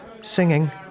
singing